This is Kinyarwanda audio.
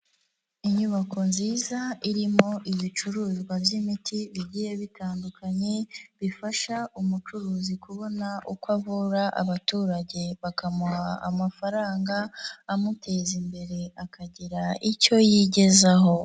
Inyubako nziza irimo ibicuruzwa by'imiti bigiye bitandukanye, bifasha umucuruzi kubona uko avura abaturage bakamuha amafaranga, amuteza imbere akagira icyo yigezaho.